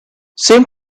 same